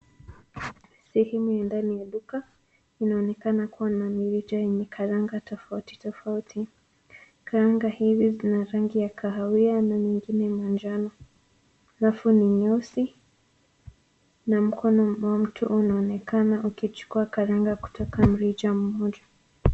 Sehemu ya ndani ya duka. Inaonekana kuwa na mirija yenye karanga tofauti tofauti. Karanga hizi ni za rangi ya kahawia na zingine manjano. Rafu ni nyeusi na mkono wa mtu unaonekana ukichukua karanga kutoka mrija mmoja.